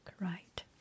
right